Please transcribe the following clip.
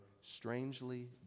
strangely